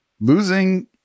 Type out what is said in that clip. losing